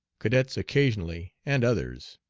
cadets occasionally, and others.